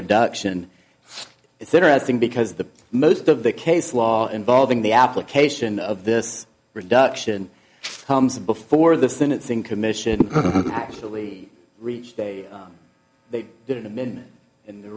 reduction it's interesting because the most of the case law involving the application of this reduction comes before the sentencing commission actually reached a they did it and then and the